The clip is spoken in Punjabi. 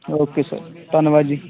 ਓਕੇ ਸਰ ਧੰਨਵਾਦ ਜੀ